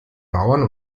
bauern